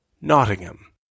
Nottingham